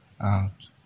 Out